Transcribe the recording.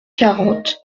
quarante